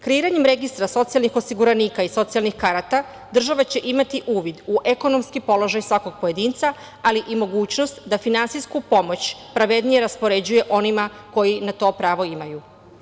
Kreiranjem registra socijalnih osiguranika i socijalnih karata država će imati uvid u ekonomski položaj svakog pojedinca, ali i mogućnost da finansijsku pomoć pravednije raspoređuje onima koji na to pravo imaju.